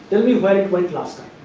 tell me where it went last time.